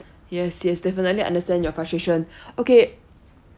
yes yes definitely understand your frustration okay